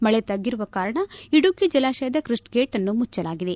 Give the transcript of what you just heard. ಮಳೆ ತಗ್ಗಿರುವ ಕಾರಣ ಇಡುಕಿ ಜಲಾಶಯದ ಕ್ರಸ್ಟ್ ಗೇಟ್ಅನ್ನು ಮುಚ್ವಲಾಗಿದೆ